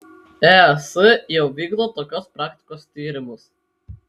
es jau vykdo tokios praktikos tyrimus